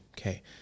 Okay